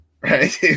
right